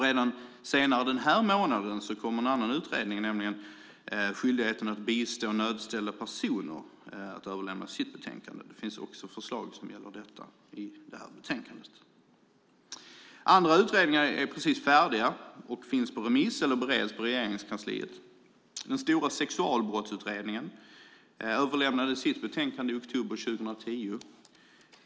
Redan senare den här månaden kommer en annan utredning, nämligen den som ser över skyldigheten att bistå nödställda personer, att överlämna sitt betänkande. Det finns också förslag som gäller detta i det här betänkandet. Andra utredningar är precis färdiga och är ute remiss eller bereds i Regeringskansliet. Den stora sexualbrottsutredningen överlämnade sitt betänkande i oktober 2010.